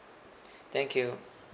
thank you